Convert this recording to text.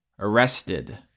Arrested